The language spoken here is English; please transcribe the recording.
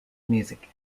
music